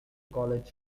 college